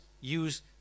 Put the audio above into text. use